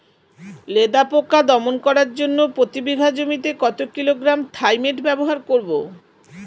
লেদা পোকা দমন করার জন্য প্রতি বিঘা জমিতে কত কিলোগ্রাম থাইমেট ব্যবহার করব?